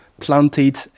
planted